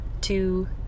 two